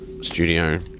studio